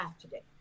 today